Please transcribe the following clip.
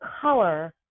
color